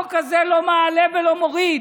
החוק הזה לא מעלה ולא מוריד.